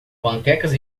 panquecas